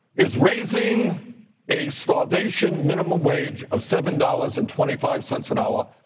is raising a starvation minimum wage of seven dollars and twenty five cents an hour,